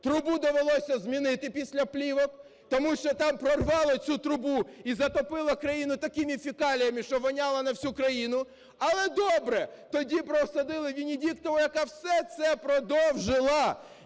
Трубу довелося змінити після плівок, тому що там "прорвало" цю Трубу, і затопило країну такими фекаліями, що воняло на всю країну. Але добре, тоді посадили Венедіктову, яка все це продовжила,